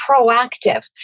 proactive